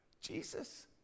Jesus